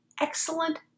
excellent